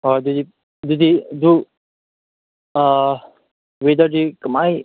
ꯑꯣ ꯑꯗꯨꯗꯤ ꯑꯗꯨꯗꯤ ꯑꯗꯨ ꯋꯦꯗꯔꯗꯤ ꯀꯃꯥꯏ